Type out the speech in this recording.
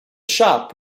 shop